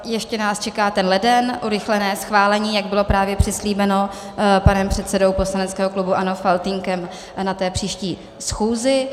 Ještě náš čeká ten leden, urychlené schválení, jak bylo právě přislíbeno panem předsedou poslaneckého klubu Faltýnkem, na té příští schůzi.